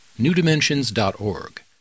newdimensions.org